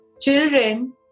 children